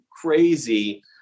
crazy